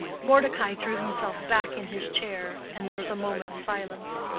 mordecai threw himself back in his chair, and there was a moment's silence.